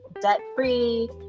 debt-free